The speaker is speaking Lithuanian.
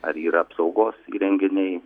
ar yra apsaugos įrenginiai